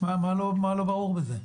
מה לא ברור בזה?